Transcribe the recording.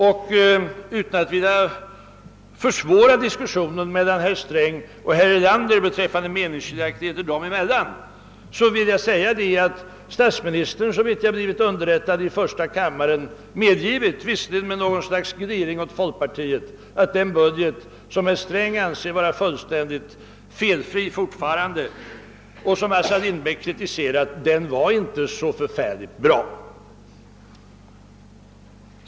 Och utan att vilja försvåra diskussionen mellan herr Sträng och herr Erlander rörande meningsskiljaktigheter dem emellan vill jag nämna att statsministern, enligt vad jag blivit underrättad om, i första kammaren medgivit — även om det skedde med något slags gliring åt folkpartiet — att den budget som herr Sträng anser vara fullständigt felfri men som Assar Lindbeck kritiserat inte är så bra.